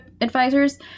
advisors